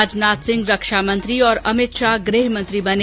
राजनाथ सिंह रक्षामंत्री और अमित शाह गृहमंत्री बने